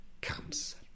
comes